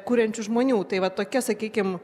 kuriančių žmonių tai va tokia sakykim